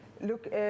Look